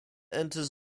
enters